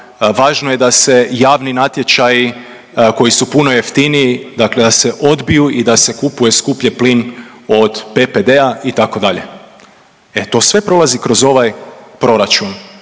važno je da se javni natječaj koji su puno jeftiniji, dakle da se odbiju i da se kupuje skuplje plin od PPD-a, itd. E to sve prolazi kroz ovaj proračun